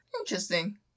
Interesting